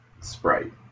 Sprite